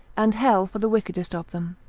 and hell for the wickedest of them,